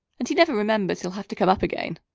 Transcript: and he never remembers he'll have to come up again.